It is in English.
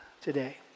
today